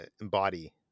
embody